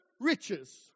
riches